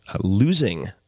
losing